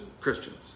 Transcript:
Christians